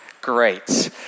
Great